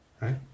right